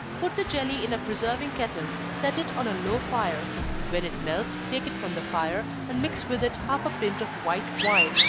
put the jelly in a preserving kettle, set it on a slow fire when it melts, take it from the fire, and mix with it half a pint of white wine,